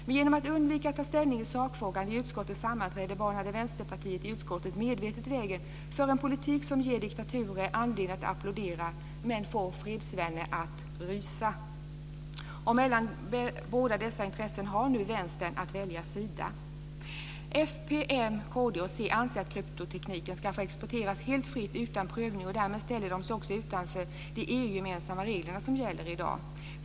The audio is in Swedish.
Men genom att undvika att ta ställning i sakfrågan vid utskottets ammanträde banade Vänsterpartiet i utskottet medvetet vägen för en politik som ger diktaturer anledning att applådera men som får fredsvänner att rysa. Och mellan dessa båda intressen har nu Vänstern att välja sida. Centern anser att kryptotekniken ska få exporteras helt fritt utan prövning, och därmed ställer de sig också utanför de EU-gemensamma reglerna som gäller i dag.